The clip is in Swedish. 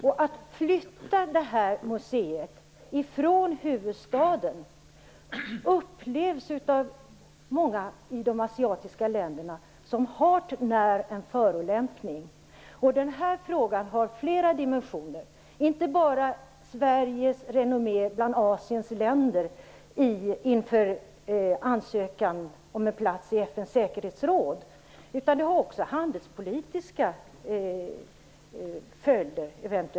En flyttning av detta museum från huvudstaden upplevs av många i de asiatiska länderna som hart när en förolämpning. Den här frågan har flera dimensioner. Den handlar inte bara om Sveriges renommé bland Asiens länder inför ansökan om en plats i FN:s säkerhetsråd, den har också eventuellt handelspolitiska följder.